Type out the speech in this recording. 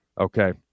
Okay